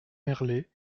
merlet